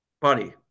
Buddy